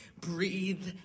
breathe